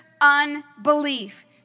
unbelief